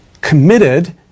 committed